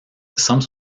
some